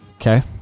okay